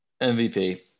MVP